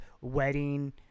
wedding